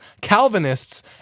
Calvinists